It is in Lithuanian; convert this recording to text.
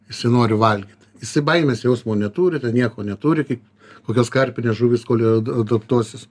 jisai nori valgyt jisai baimės jausmo neturi ten nieko neturi kaip kokios karpinės žuvys kol jo d adaptuosis